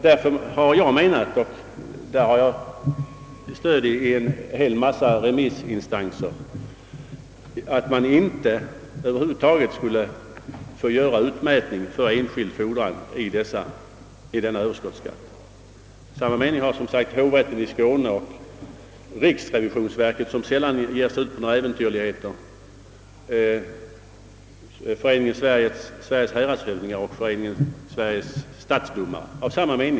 Därför anser jag — och jag har stöd av en hel del remissinstanser — att det över huvud taget inte skulle få göras utmätning för enskild fordran i överskottsskatt. Samma mening har hovrätten i Skåne, riksrevisionsverket — som sällan ger sig ut på äventyrligheter — Föreningen Sveriges häradshövdingar och Föreningen Sveriges stadsdomare.